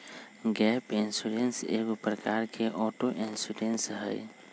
gap insurance एगो प्रकार के ऑटो इंश्योरेंस हइ